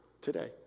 today